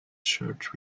shirt